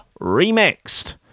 remixed